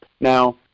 Now